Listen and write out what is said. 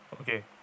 Okay